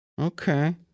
Okay